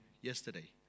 yesterday